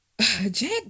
Jack